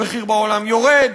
המחיר בעולם יורד,